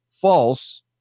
false